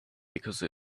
because